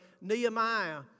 Nehemiah